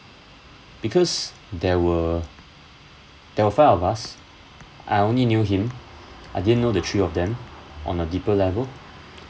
because there were there were five of us I only knew him I didn't know the three of them on a deeper level